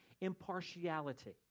impartiality